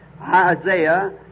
Isaiah